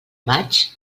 maig